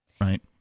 right